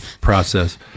process